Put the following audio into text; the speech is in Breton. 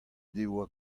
devoa